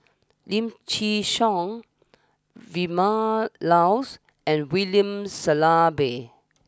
Lim Chin Siong Vilma Laus and William Shellabear